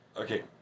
Okay